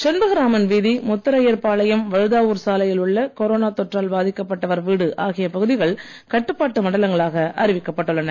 செண்பகராமன் வீதி முத்தரையர் பாளையம் வழுதாவூர் சாலையில் உள்ள கொரோனா தொற்றால் பாதிக்கப்பட்வர் வீடு ஆகிய பகுதிகள் கட்டுப்பாட்டு மண்டலங்களாக அறிவிக்கப்பட்டுள்ளன